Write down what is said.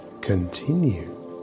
continue